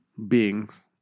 Beings